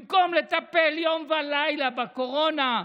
במקום לטפל יום ולילה בקורונה,